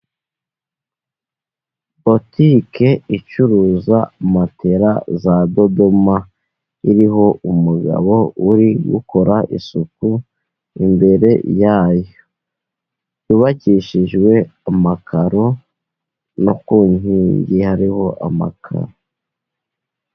Butike icuruza matera za dodoma, iriho umugabo uri gukora isuku, imbere yayo yubakishijwe amakaro no ku nkingi hariho amakaro.